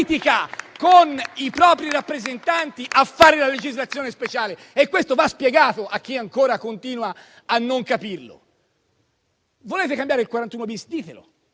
con i propri rappresentanti a fare la legislazione speciale, e questo va spiegato a chi ancora continua a non capirlo. Volete cambiare il 41-*bis*? Ditelo.